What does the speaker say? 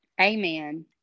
Amen